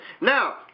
Now